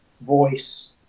voice